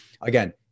again